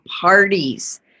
parties